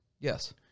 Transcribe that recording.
Yes